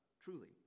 Truly